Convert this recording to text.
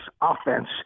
offense